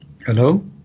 Hello